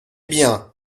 bien